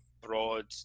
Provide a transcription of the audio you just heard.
broad